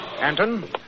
Anton